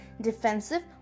Defensive